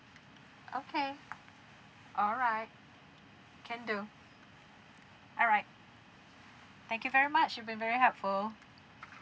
okay alright can do alright thank you very much you've been very helpful